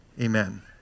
Amen